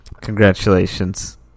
Congratulations